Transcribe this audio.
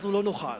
אנחנו לא נוכל